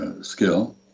skill